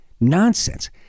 Nonsense